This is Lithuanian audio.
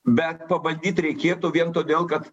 bet pabandyt reikėtų vien todėl kad